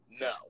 no